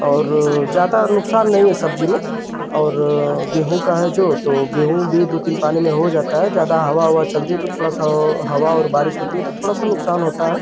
और ज़्यादा नुकसान नहीं है सब्जी में और गेहूँ का है जो तो गेहूँ भी दो तीन पानी में हो जाता है ज़्यादा हवा ववा चलती है तो थोड़ा सा ओ हवा और बारिश होती है तो थोड़ा सा नुकसान होता है